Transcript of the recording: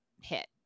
hit